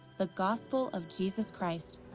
the gospel of jesus christ.